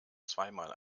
zweimal